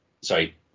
sorry